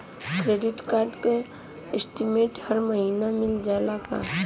Credit card क statement हर महिना मिल जाला का?